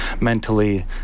mentally